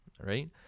right